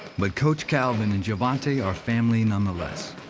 but coach calvin and gervonta are family nonetheless.